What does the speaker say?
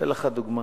אתן לך דוגמה,